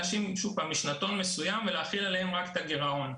משנתון מסוים ולהחיל רק עליהן את הגירעון.